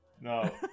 no